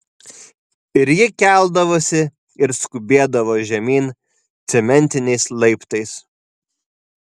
ir ji keldavosi ir skubėdavo žemyn cementiniais laiptais